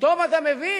פתאום אתה מבין,